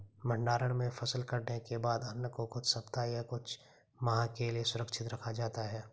भण्डारण में फसल कटने के बाद अन्न को कुछ सप्ताह या कुछ माह के लिये सुरक्षित रखा जाता है